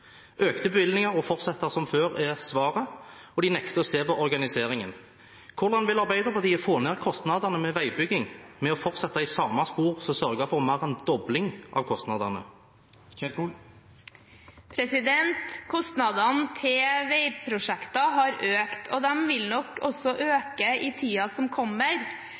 Økte bevilgninger og å fortsette som før er svaret, og de nekter å se på organiseringen. Hvordan vil Arbeiderpartiet få ned kostnadene ved veibyggingen ved å fortsette i samme spor, som sørger for mer enn en dobling av kostnadene? Kostnadene til veiprosjekter har økt, og de vil nok også øke i tiden som kommer.